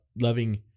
loving